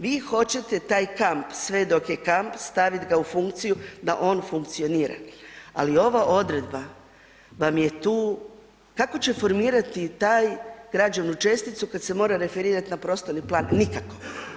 Vi hoćete taj kamp sve dok je kam stavit ga u funkciju da on funkcionira, ali ova odredba vam je tu, kako će formirati taj građevnu česticu kad se mora referirati na prostorni plan, nikako.